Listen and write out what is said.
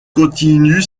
continue